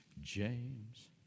James